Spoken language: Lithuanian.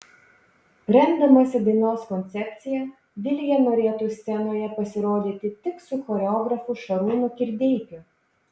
remdamasi dainos koncepcija vilija norėtų scenoje pasirodyti tik su choreografu šarūnu kirdeikiu